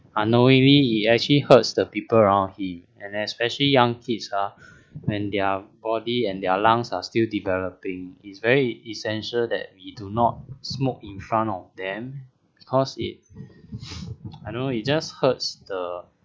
unknowingly he actually hurts the people around him and especially young kids ah when their body and their lungs are still developing it's very essential that we do not smoke in front of them cause it I know it just hurts the